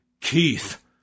Keith